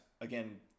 again